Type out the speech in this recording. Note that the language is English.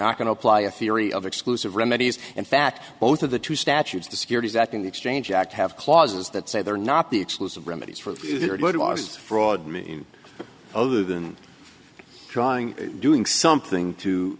not going to apply a theory of exclusive remedies in fact both of the two statutes the securities that in the exchange act have clauses that say they're not the exclusive remedies for fraud mean other than trying doing something to